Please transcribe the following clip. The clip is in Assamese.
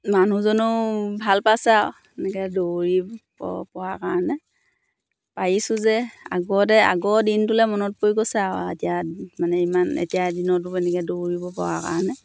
মানুহজনেও ভাল পাইছে আৰু এনেকৈ দৌৰি পৰা কাৰণে পাৰিছোঁ যে আগতে আগৰ দিনটোলৈ মনত পৰি গৈছে আৰু এতিয়া মানে ইমান এতিয়া দিনতো এনেকৈ দৌৰিব পৰা কাৰণে